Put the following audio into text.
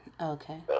Okay